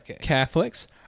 Catholics